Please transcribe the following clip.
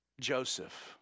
Joseph